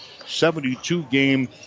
72-game